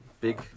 big